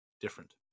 Different